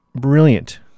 brilliant